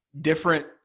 different